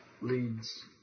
leads